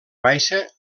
baixa